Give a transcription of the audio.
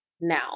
Now